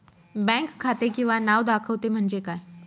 Bank खाते किंवा नाव दाखवते म्हणजे काय?